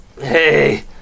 hey